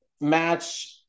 match